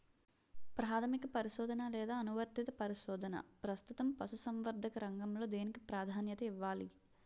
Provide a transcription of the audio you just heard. ప్రాథమిక పరిశోధన లేదా అనువర్తిత పరిశోధన? ప్రస్తుతం పశుసంవర్ధక రంగంలో దేనికి ప్రాధాన్యత ఇవ్వాలి?